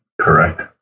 correct